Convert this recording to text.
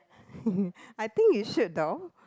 I think you should though